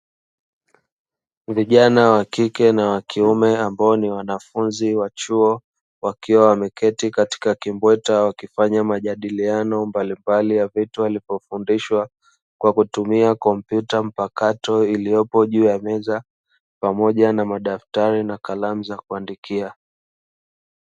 Vijana wakike na wakiume ambao ni wanafunzi wa chuo wakiwa wameketi katika kimbweta, wakifanya majadiliano mbalimbali ya vitu walivyofundishwa, kwa kutumia kompyuta mpakato iliyoko juu ya meza, pamoja na madaftari na kalamu za kuandikia.